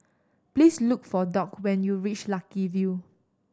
please look for Doc when you reach Lucky View